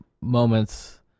moments